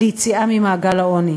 ליציאה ממעגל העוני.